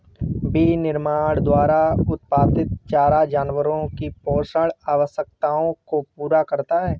विनिर्माण द्वारा उत्पादित चारा जानवरों की पोषण आवश्यकताओं को पूरा करता है